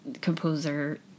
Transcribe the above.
composer